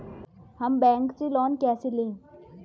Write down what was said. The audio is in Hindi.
हम बैंक से लोन कैसे लें?